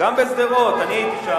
גם בשדרות, אני הייתי שם.